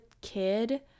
kid